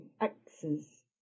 axes